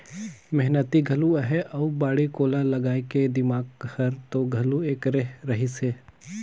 मेहनती घलो अहे अउ बाड़ी कोला लगाए के दिमाक हर तो घलो ऐखरे रहिस हे